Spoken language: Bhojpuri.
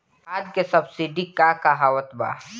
खाद के सबसिडी क हा आवत बा?